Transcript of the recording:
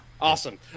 Awesome